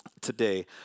today